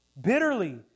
bitterly